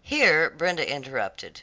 here brenda interrupted,